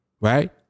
Right